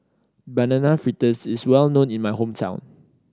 Banana Fritters is well known in my hometown